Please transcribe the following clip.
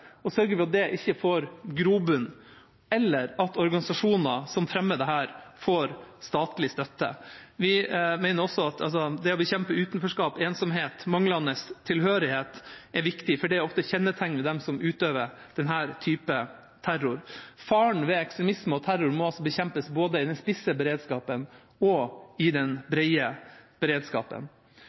og sørge for at dette ikke får grobunn, og å unngå at organisasjoner som fremmer dette, får statlig støtte. Vi mener også at det å bekjempe utenforskap, ensomhet og manglende tilhørighet er viktig fordi dette ofte kjennetegner dem som utøver denne typen terror. Faren ved ekstremisme og terror må altså bekjempes både i den spisse beredskapen og i den brede beredskapen.